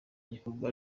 gikorwa